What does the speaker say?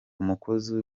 umukozi